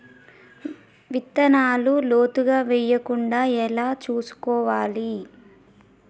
విత్తనాలు లోతుగా వెయ్యకుండా ఎలా చూసుకోవాలి?